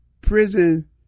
prison